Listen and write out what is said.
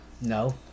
No